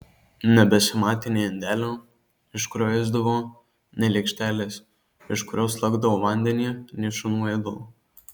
nebesimatė nei indelio iš kurio ėsdavo nei lėkštelės iš kurios lakdavo vandenį nei šunų ėdalo